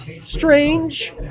strange